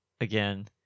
again